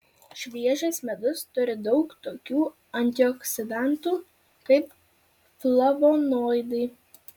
šviežias medus turi daug tokių antioksidantų kaip flavonoidai